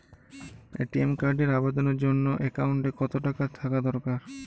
ATM কার্ডের আবেদনের জন্য অ্যাকাউন্টে কতো টাকা থাকা দরকার?